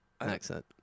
accent